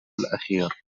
الأخير